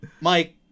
Mike